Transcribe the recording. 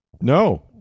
No